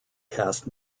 cast